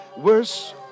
Worse